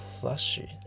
flashy